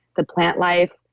the plant life,